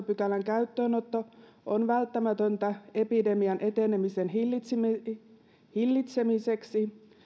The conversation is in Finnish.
pykälän käyttöönotto on välttämätöntä epidemian etenemisen hillitsemiseksi